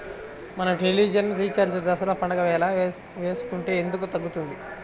మన television recharge Dasara పండగ వేళ వేసుకుంటే ఎందుకు తగ్గుతుంది?